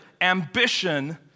ambition